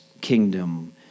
kingdom